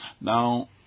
Now